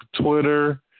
Twitter